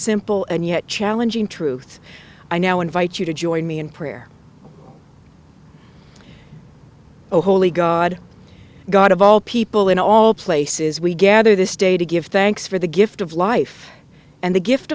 simple and yet challenging truth i now invite you to join me in prayer oh holy god god of all people in all places we gather this day to give thanks for the gift of life and the gift